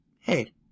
hey